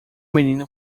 menino